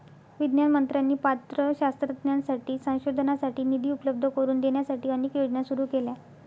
विज्ञान मंत्र्यांनी पात्र शास्त्रज्ञांसाठी संशोधनासाठी निधी उपलब्ध करून देण्यासाठी अनेक योजना सुरू केल्या